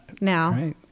now